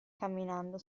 camminando